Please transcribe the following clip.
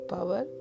Power